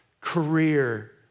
career